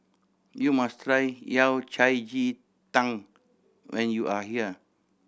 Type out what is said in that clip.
you must try Yao Cai ji tang when you are here